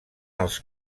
els